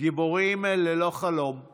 "גיבורים ללא חלום /